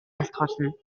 айлтгуулна